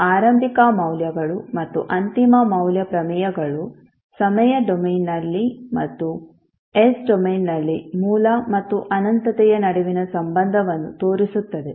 ಈಗ ಆರಂಭಿಕ ಮೌಲ್ಯಗಳು ಮತ್ತು ಅಂತಿಮ ಮೌಲ್ಯ ಪ್ರಮೇಯಗಳು ಸಮಯ ಡೊಮೇನ್ನಲ್ಲಿ ಮತ್ತು s ಡೊಮೇನ್ನಲ್ಲಿ ಮೂಲ ಮತ್ತು ಅನಂತತೆಯ ನಡುವಿನ ಸಂಬಂಧವನ್ನು ತೋರಿಸುತ್ತದೆ